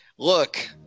Look